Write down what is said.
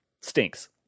stinks